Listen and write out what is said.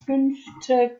fünfte